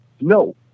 No